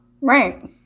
Right